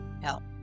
help